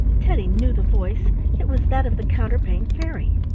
teddy knew the voice it was that of the counterpane fairy,